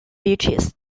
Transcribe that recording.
beaches